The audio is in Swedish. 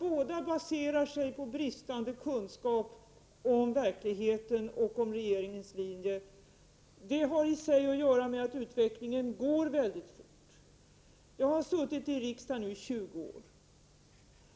Båda baserar sig på bristande kunskap om verkligheten och om regeringens linje. Det har i sig att göra med att utvecklingen går Prot. 1988/89:44 väldigt fort. 13 december 1988 Jag har suttit i riksdagen nu i 20 år,